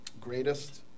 Greatest